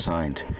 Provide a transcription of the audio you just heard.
Signed